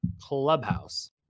Clubhouse